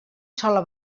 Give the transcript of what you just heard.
sola